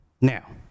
Now